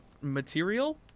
material